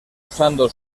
usando